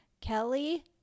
Kelly